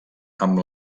amb